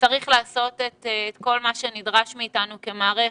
צריך לעשות את כל מה שנדרש מאתנו כמערכת,